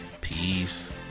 peace